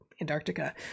Antarctica